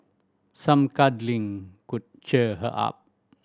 some cuddling could cheer her up